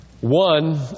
One